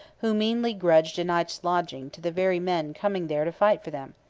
who meanly grudged a night's lodging to the very men coming there to fight for them.